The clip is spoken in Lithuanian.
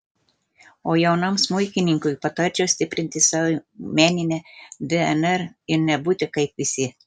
o jaunam smuikininkui patarčiau stiprinti savo meninę dnr ir nebūti kaip visi